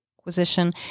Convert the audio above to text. acquisition